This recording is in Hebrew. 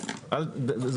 מעל פני הקרקע,